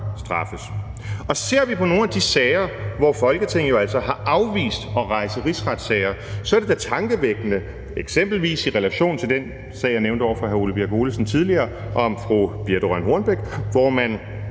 straffes. Ser vi på nogle af de sager, hvor Folketinget jo altså har afvist at rejse rigsretssager, så er det da eksempelvis tankevækkende i forhold til den sag, som jeg nævnte for hr. Ole Birk Olesen tidligere, om fru Birthe Rønn Hornbech, hvor man